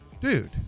dude